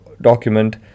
document